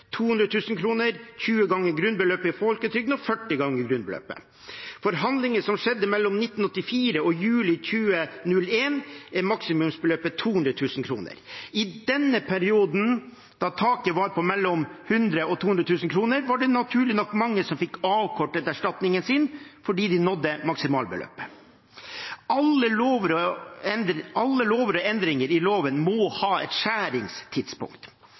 20 ganger grunnbeløpet i folketrygden og 40 ganger grunnbeløpet. For handlinger som skjedde mellom 1984 og juli 2001, er maksimumsbeløpet 200 000 kr. I denne perioden, da taket var på mellom 100 000 kr og 200 000 kr, var det naturlig nok mange som fikk avkortet erstatningen sin fordi de nådde maksimalbeløpet. Alle lover og endringer i loven må ha et skjæringstidspunkt.